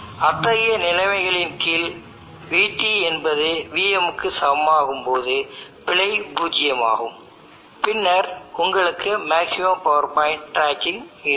அத்தகைய நிலைமைகளின் கீழ் vT என்பது vm க்கு சமமாகும் போது பிழை பூஜ்ஜியமாகும் பின்னர் உங்களுக்கு மேக்ஸிமம் பவர்பாயிண்ட் ட்ராக்கிங் இருக்கும்